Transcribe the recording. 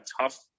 tough